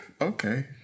Okay